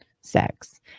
sex